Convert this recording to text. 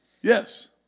Yes